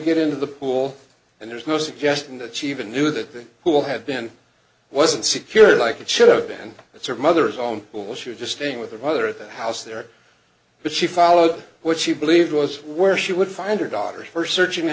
get into the pool and there's no suggestion that she even knew that who'll have been wasn't secured like it should have been it's a mother's own will she just staying with her mother at that house there but she followed what she believed was where she would find her daughter her searchin